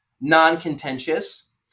non-contentious